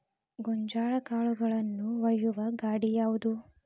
ಗೋಂಜಾಳ ಕಾಳುಗಳನ್ನು ಒಯ್ಯುವ ಗಾಡಿ ಯಾವದು?